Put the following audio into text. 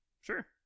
Sure